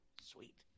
Sweet